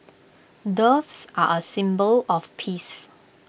doves are A symbol of peace